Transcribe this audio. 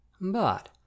But